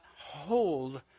hold